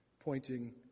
pointing